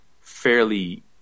fairly